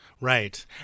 Right